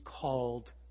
called